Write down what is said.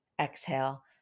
exhale